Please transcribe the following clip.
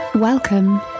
Welcome